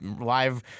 live